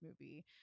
movie